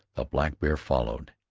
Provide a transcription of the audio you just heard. blackbear followed,